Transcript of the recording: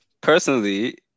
personally